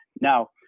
Now